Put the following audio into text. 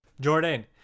Jordan